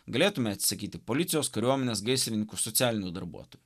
galėtume atsisakyti policijos kariuomenės gaisrininkų socialinių darbuotojų